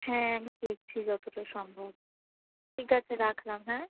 হ্যাঁ আমি দেখছি যতটা সম্ভব ঠিক আছে রাখলাম হ্যাঁ